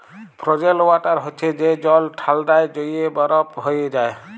frozen water হছে যে জল ঠাল্ডায় জইমে বরফ হঁয়ে যায়